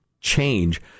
change